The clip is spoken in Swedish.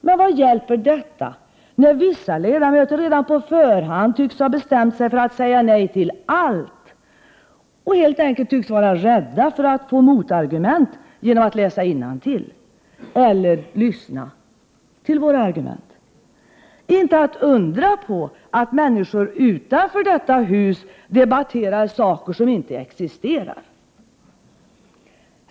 Men vad hjälper det, när vissa ledamöter redan på förhand tycks ha bestämt sig för att säga nej till allt och helt enkelt tycks vara rädda för att få motargument genom att läsa innantill eller lyssna till våra argument? Inte att undra på att människor utanför detta hus debatterar saker som inte existerar!